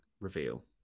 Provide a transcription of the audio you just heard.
reveal